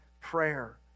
prayer